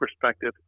perspective